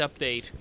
update